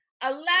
allow